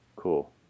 Cool